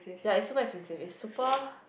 ya it's super expensive is super